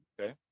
Okay